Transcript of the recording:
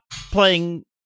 playing